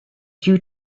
due